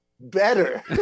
better